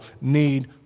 need